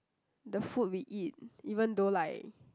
the food we eat even though like